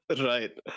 Right